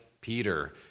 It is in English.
Peter